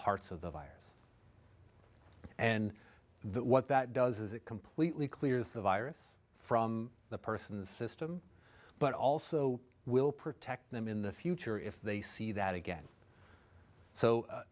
parts of the virus and what that does is it completely clears the virus from the person's system but also will protect them in the future if they see that again so